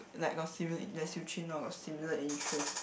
like got similar like Xui-Jun orh got similar interest